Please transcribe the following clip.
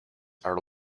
are